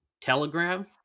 Telegram